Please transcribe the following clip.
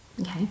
Okay